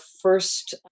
first